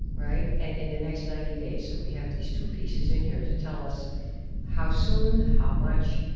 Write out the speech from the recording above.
right? and in the next ninety days. so we have these two pieces in here to tell us how soon, how much,